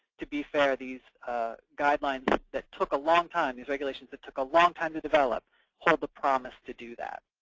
to be fair, these guidelines that took a long time these regulations that took a long time to develop hold a promise to do that.